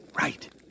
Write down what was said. right